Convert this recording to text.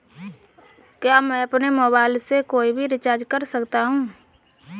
क्या मैं अपने मोबाइल से कोई भी रिचार्ज कर सकता हूँ?